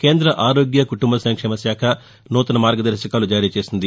కేంద్ర ఆరోగ్య కుటుంబ సంక్షేమ శాఖ నూతన మార్గదర్శకాలను జారీ చేసింది